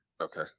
Okay